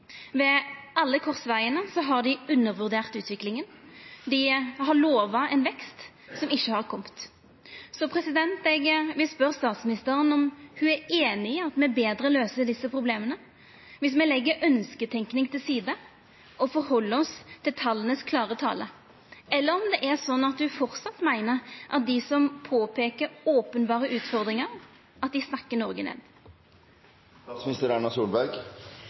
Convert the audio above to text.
Ved alle korsvegane har dei undervurdert utviklinga. Dei har lova ein vekst som ikkje har kome. Eg vil spørja statsministeren om ho er einig i at me betre løyser desse problema viss me legg ønskjetenking til side og held oss til det tala klart seier, eller om det er slik at ho framleis meiner at dei som påpeiker openberre utfordringar, snakkar Noreg